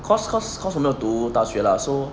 course course course 我没有读大学 lah so